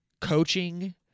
coaching